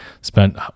spent